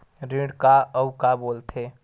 ऋण का अउ का बोल थे?